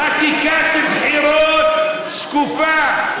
חקיקת בחירות שקופה.